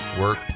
work